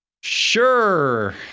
Sure